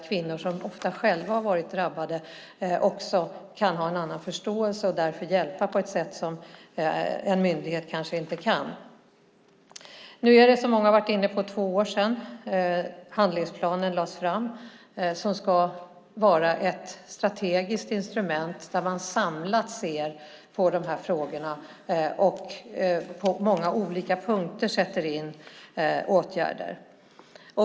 Kvinnor som ofta själva har varit drabbade kan också ha en annan förståelse och därför hjälpa på ett sätt som en myndighet kanske inte kan. Nu är det, som många har varit inne på, två år sedan den handlingsplan lades fram som ska vara ett strategiskt instrument för att man samlat ska kunna se på de här frågorna och sätta in åtgärder på många olika punkter.